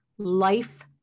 Life